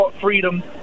freedom